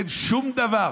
אין שום דבר